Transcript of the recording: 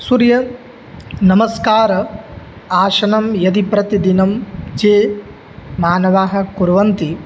सूर्यनमस्कारः आसनं यदि प्रतिदिनं ये मानवाः कुर्वन्ति